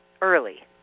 early